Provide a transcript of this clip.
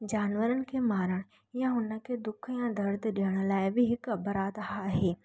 जानवरनि खे मारणु या हुन खे दुख या दर्द ॾियण लाइ बि हिकु अपराध आहे